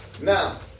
Now